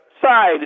side